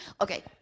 Okay